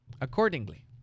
accordingly